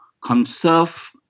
conserve